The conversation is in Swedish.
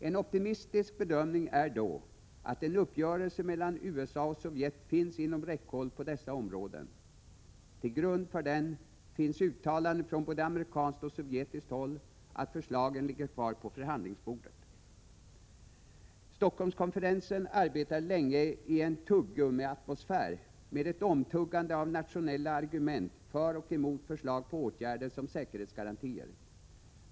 En optimistisk bedömning är då att en uppgörelse mellan USA och Sovjet finns inom räckhåll på dessa områden. Till grund för den finns uttalanden från både amerikanskt och sovjetiskt håll om att förslagen ligger kvar på förhandlingsbordet. Stockholmskonferensen arbetade länge i en ”tuggummiatmosfär”, med ett omtuggande av nationella argument för och emot förslag på åtgärder som säkerhetsgarantier.